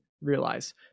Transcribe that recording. realize